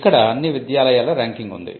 ఇక్కడ అన్ని విద్యాలయాల ర్యాంకింగ్ ఉంది